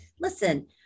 listen